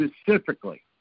specifically